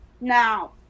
Now